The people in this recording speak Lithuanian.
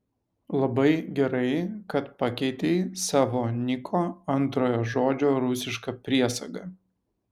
labai gerai kad pakeitei savo niko antrojo žodžio rusišką priesagą